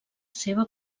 seva